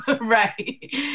right